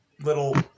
little